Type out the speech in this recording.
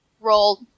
rolled